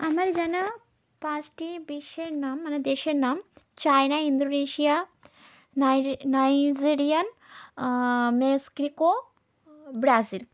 আমার জানা পাঁচটি বিশ্বের নাম মানে দেশের নাম চায়না ইন্দনেশিয়া নাইরে নাইজেরিয়া মেক্সিকো ব্রাজিল